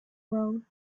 road